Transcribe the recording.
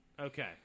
Okay